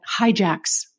hijacks